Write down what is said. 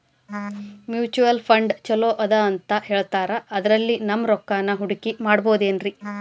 Mutual fund ಛಲೋ ಅದಾ ಅಂತಾ ಹೇಳ್ತಾರ ಅದ್ರಲ್ಲಿ ನಮ್ ರೊಕ್ಕನಾ ಹೂಡಕಿ ಮಾಡಬೋದೇನ್ರಿ?